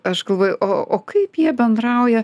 aš galvoju o o kaip jie bendrauja